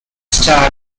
start